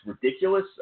ridiculous